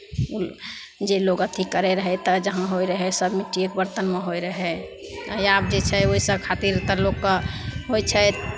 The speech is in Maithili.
जे लोक अथी करैत रहै तऽ जहाँ होइत रहै सभ मिट्टीएके बरतनमे होइत रहै आब जे छै ओहिसभ खातिर तऽ लोककेँ होइ छै